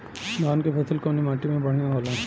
धान क फसल कवने माटी में बढ़ियां होला?